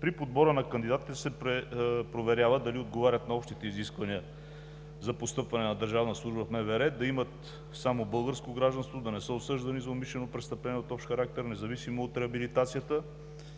При подбора на кандидатите се проверява дали отговарят на общите изисквания за постъпване на държавна служба в МВР – да имат само българско гражданство, да не са осъждани за умишлено престъпление от общ характер, независимо от реабилитацията,